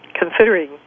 Considering